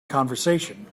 conversation